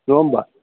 नङा होमब्ला